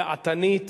דעתנית,